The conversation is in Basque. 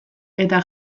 eta